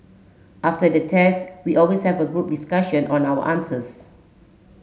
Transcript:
after the test we always have a group discussion on our answers